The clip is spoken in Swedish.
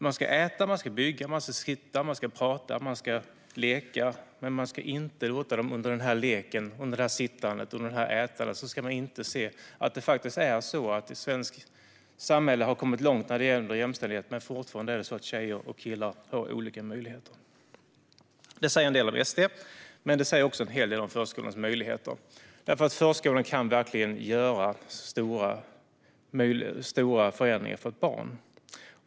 Man ska äta, man ska bygga, man ska sitta, man ska prata, man ska leka, men under det här lekandet, sittandet och ätandet ska man inte se att det faktiskt är så att vi har kommit långt i det svenska samhället när det gäller jämställdhet men att tjejer och killar fortfarande får olika möjligheter. Det säger en del om SD, men det säger också en hel del om förskolans möjligheter. Förskolan kan verkligen göra stor skillnad för ett barn.